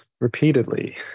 repeatedly